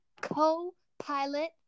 co-pilot